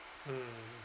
mm